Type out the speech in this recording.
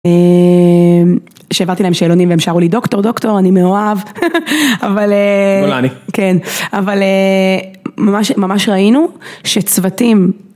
שהעברתי להם שאלונים והם שרו לי דוקטור דוקטור אני מאוהב. אבל אה... גולני. כן. אבל ממש ראינו שצוותים.